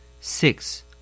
Six